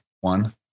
One